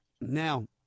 Now